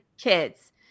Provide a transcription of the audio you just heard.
kids